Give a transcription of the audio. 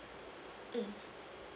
mmhmm